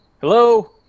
Hello